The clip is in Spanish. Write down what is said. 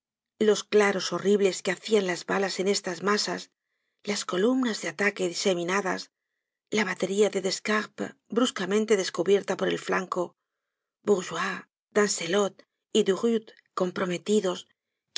los claros horribles que hacian las balas en estas masas las columnas de ataque diseminadas la batería descarpe bruscamente descubierta por el flanco bourgeois doncelot y durutte comprometidos